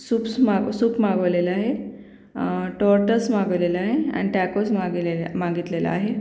soups माग soup मागवलेले आहे टर्टल्स मागवलेला आहे अन् टॅकोज मागलेल्या मागितलेलं आहे